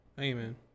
Amen